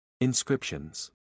Inscriptions